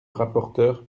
rapporteur